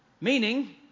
Meaning